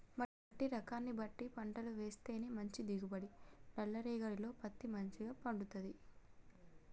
మట్టి రకాన్ని బట్టి పంటలు వేస్తేనే మంచి దిగుబడి, నల్ల రేగఢీలో పత్తి మంచిగ పండుతది